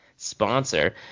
sponsor